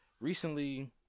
Recently